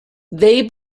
they